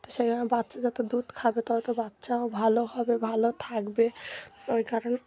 সেই জন্য বাচ্চা যত দুধ খাবে তত বাচ্চাও ভালো হবে ভালো থাকবে ওই কারণে